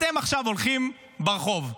אתם עכשיו הולכים ברחוב,